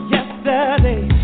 Yesterday